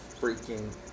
freaking